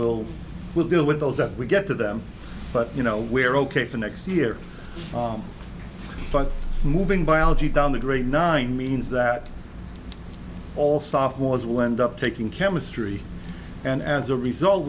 we'll we'll deal with those that we get to them but you know we're ok so next year by moving biology down the grade nine means that all sophomores lend up taking chemistry and as a result